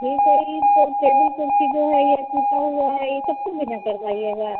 ठीक है यह तो टेबल कुर्सी जो है यह टूटा हुआ है यह सबको भी ना करवाइएगा